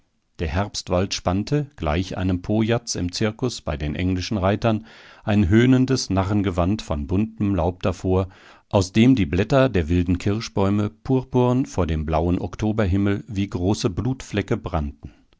der herbstwald spannte gleich einem pojatz im zirkus bei den englischen reitern ein höhnendes narrengewand von buntem laub davor aus dem die blätter der wilden kirschbäume pupurn vor dem blauen oktoberhimmel wie große blutflecke brannten